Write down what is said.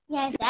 Yes